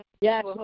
Yes